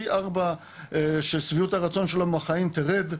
פי ארבע ששביעות הרצון שלו מהחיים תרד,